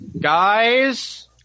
Guys